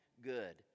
good